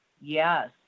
yes